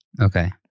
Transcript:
okay